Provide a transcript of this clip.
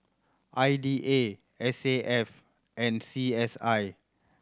I D A S A F and C S I